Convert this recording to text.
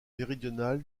méridional